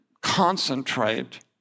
concentrate